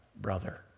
brother